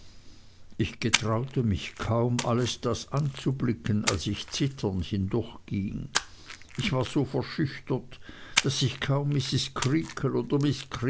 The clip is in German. ich getraute mich kaum alles das anzublicken als ich zitternd durchging ich war so verschüchtert daß ich kaum